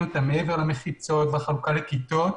אותם מעבר למחיצות והחלוקה לכיתות.